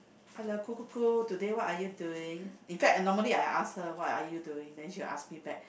hello kukuku today what are you doing in fact normally I ask her what are you doing then she will ask me back